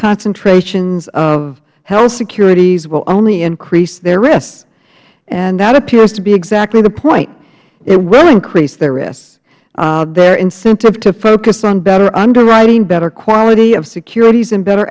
concentrations of held securities will only increase their risks that appears to be exactly the point it will increase their risks their incentive to focus on better underwriting better quality of securities and better